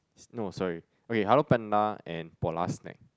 no sorry okay Hello Panda and Polar snack